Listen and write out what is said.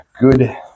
Good